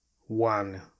one